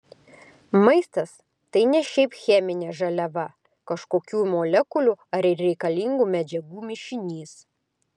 maistas tai ne šiaip cheminė žaliava kažkokių molekulių ar reikalingų medžiagų mišinys